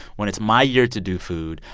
when it's my year to do food,